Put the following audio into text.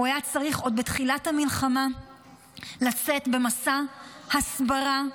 הוא היה צריך עוד בתחילת המלחמה לצאת למסע הסברה,